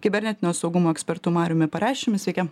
kibernetinio saugumo ekspertu mariumi pareščiumi sveiki